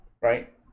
Right